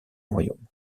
royaume